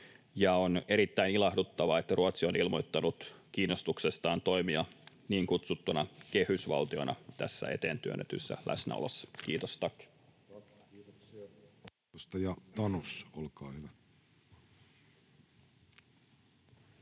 on erittäin ilahduttavaa, että Ruotsi on ilmoittanut kiinnostuksestaan toimia niin kutsuttuna kehysvaltiona tässä eteen työnnetyssä läsnäolossa. — Kiitos,